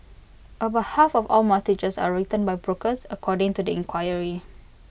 about half of all mortgages are written by brokers according to the inquiry